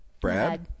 Brad